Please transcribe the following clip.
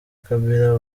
kabila